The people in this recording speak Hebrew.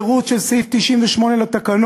התירוץ של סעיף 98 לתקנון,